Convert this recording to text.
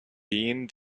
bean